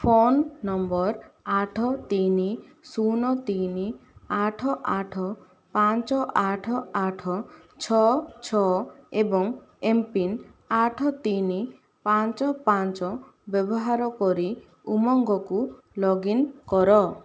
phone number ଆଠ ତିନ ଶୂନ ତିନ ଆଠ ଆଠ ପାଞ୍ଚ ଆଠ ଆଠ ଛଅ ଛଅ ଏବଂ ଏମ୍ ପିନ୍ ଆଠ ତିନ ପାଞ୍ଚ ପାଞ୍ଚ ବ୍ୟବହାର କରି ଉମଙ୍ଗକୁ ଲଗ୍ ଇନ କର